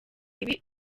ibi